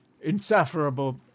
insufferable